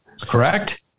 correct